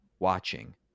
Watching